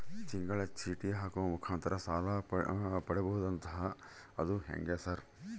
ತಿಂಗಳ ಚೇಟಿ ಹಾಕುವ ಮುಖಾಂತರ ಸಾಲ ಪಡಿಬಹುದಂತಲ ಅದು ಹೆಂಗ ಸರ್?